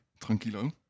tranquilo